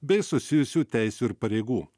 bei susijusių teisių ir pareigų